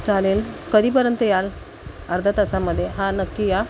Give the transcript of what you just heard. चालेल कधीपर्यंत याल अर्ध्या तासामध्ये हा नक्की या